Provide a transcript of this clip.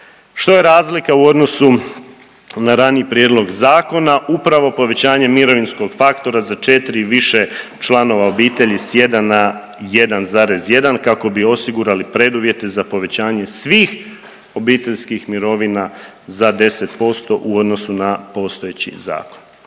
Što je razlika u odnosu na raniji prijedlog zakona? Upravo povećanje mirovinskog faktora za 4 i više članova obitelji s 1 na 1,1 kako bi osigurali preduvjete za povećanje svih obiteljskih mirovina za 10% u odnosu na postojeći zakon.